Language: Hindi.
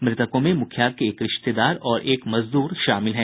मृतकों में मुखिया के एक रिश्तेदार और एक मजदूर शामिल हैं